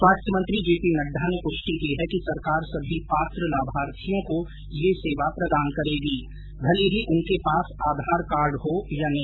स्वास्थ्य मंत्री जे पी नड्डा ने पुष्टि की है कि सरकार सभी पात्र लाभार्थियों को ये सेवा प्रदान करेगी भले ही उनके पास आधार कार्ड हो या नहीं